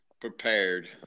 prepared